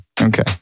Okay